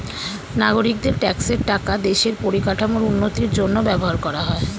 নাগরিকদের ট্যাক্সের টাকা দেশের পরিকাঠামোর উন্নতির জন্য ব্যবহার করা হয়